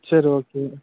சரி ஓகே